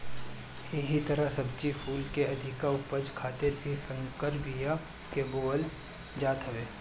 एही तहर सब्जी कुल के अधिका उपज खातिर भी संकर बिया के बोअल जात हवे